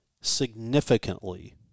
significantly